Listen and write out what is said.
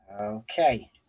Okay